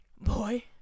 boy